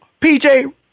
PJ